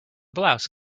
blouse